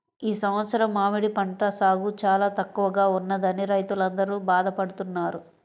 ఈ సంవత్సరం మామిడి పంట సాగు చాలా తక్కువగా ఉన్నదని రైతులందరూ బాధ పడుతున్నారు